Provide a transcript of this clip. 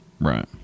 Right